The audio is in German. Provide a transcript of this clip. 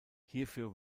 hierfür